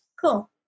Cool